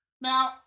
Now